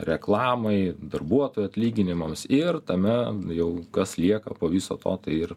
reklamai darbuotojų atlyginimams ir tame jau kas lieka po viso to tai ir